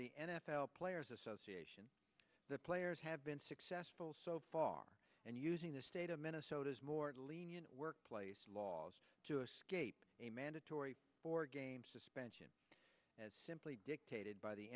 the n f l players association the players have been successful so far and using the state of minnesota's more lenient workplace laws to escape a mandatory four game suspension as simply dictated by the